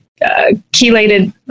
chelated